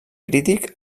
crític